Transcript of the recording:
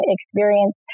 Experience